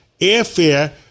airfare